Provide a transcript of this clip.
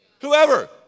Whoever